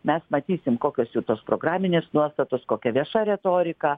mes matysim kokios jų tos programinės nuostatos kokia vieša retorika